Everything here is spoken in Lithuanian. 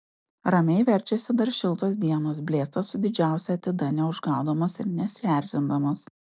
ramiai verčiasi dar šiltos dienos blėsta su didžiausia atida neužgaudamos ir nesierzindamos